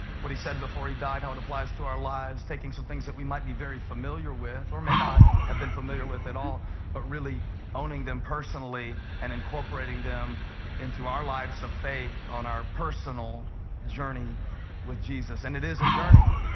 what he said before he died, how it applies to our lives, taking some things we might be very familiar with or may not have been familiar with at all and but really owning them personally and incorporating them into our lives of faith on our personal journey with jesus. and it is a journey.